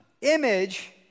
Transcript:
image